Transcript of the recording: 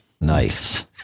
Nice